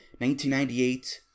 1998